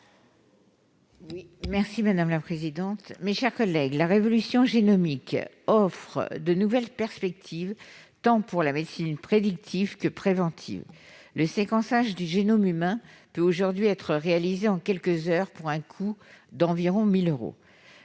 Annie Delmont-Koropoulis. Mes chers collègues, la révolution génomique offre de nouvelles perspectives pour la médecine tant prédictive que préventive. Le séquençage du génome humain peut aujourd'hui être réalisé en quelques heures, pour un coût moyen de 1 000 euros.